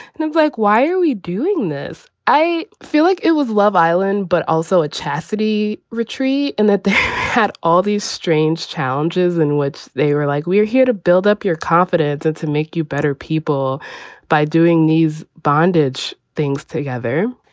and i'm like, why are we doing this? i feel like it was love island, but also a chastity retreat. and that had all these strange challenges. and woods, they were like, we're here to build up your confidence and to make you better people by doing these bondage things together.